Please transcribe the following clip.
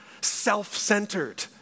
self-centered